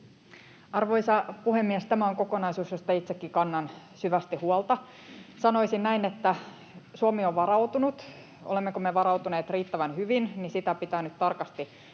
Arvoisa puhemies! Tämä on kokonaisuus, josta itsekin kannan syvästi huolta. Sanoisin, että Suomi on varautunut, mutta olemmeko me varautuneet riittävän hyvin, sitä pitää nyt tarkasti katsoa.